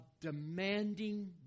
demanding